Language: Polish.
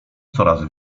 coraz